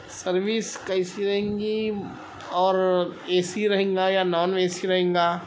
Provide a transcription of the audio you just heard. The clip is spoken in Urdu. سروس کیسی رہیں گی اور اے سی رہیں گا یا نان اے سی رہیں گا